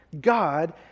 God